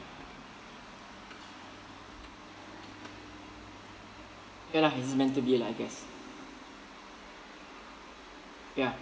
ya lah it's meant to be lah I guess ya